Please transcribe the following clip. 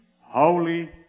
holy